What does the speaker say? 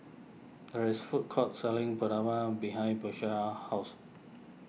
there is food court selling behind house